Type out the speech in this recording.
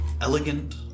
elegant